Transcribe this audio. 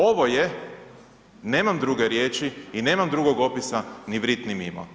Ovo je, nemam druge riječi i nemam drugog opisa, ni vrt ni mimo.